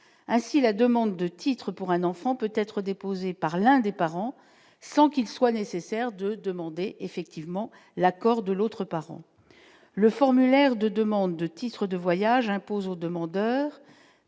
ainsi la demande de titres pour un enfant peut être déposée par l'un des parents, sans qu'il soit nécessaire de demander effectivement l'accord de l'autre parent le formulaire de demande de titre de voyage impose aux demandeurs